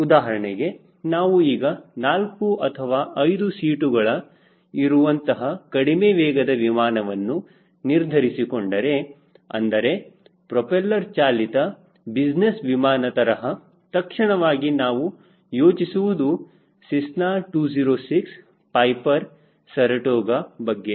ಉದಾಹರಣೆಗೆ ನಾವು ಈಗ 4 ಅಥವಾ 5 ಸೀಟುಗಳು ಇರುವಂತಹ ಕಡಿಮೆ ವೇಗದ ವಿಮಾನವನ್ನು ನಿರ್ಧರಿಸಿಕೊಂಡರು ಅಂದರೆ ಪ್ರೋಪೆಲ್ಲರ್ ಚಾಲಿತ ಬಿಸಿನೆಸ್ ವಿಮಾನ ತರಹ ತಕ್ಷಣವಾಗಿ ನಾವು ಯೋಚಿಸುವುದು ಸೆಸ್ನ 206 ಪೈಪರ್ ಸರಟೋಗ ಬಗ್ಗೆ